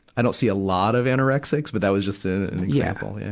i don't see a lot of anorexics, but that was just an example. yeah